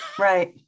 Right